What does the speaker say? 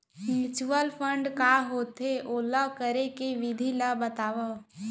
mutual fund का होथे, ओला करे के विधि ला बतावव